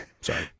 Sorry